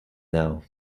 now